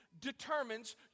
determines